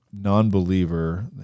non-believer